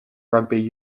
rugby